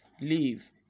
leave